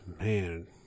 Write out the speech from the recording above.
Man